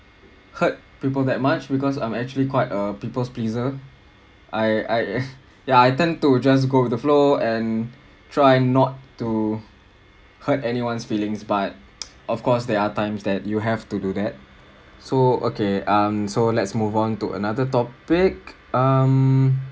hurt people that much because I'm actually quite a people's pleaser I I yeah I tend to just go with the flow and try not to hurt anyone's feelings but of course there are times that you have to do that so okay so let's move on to another topic um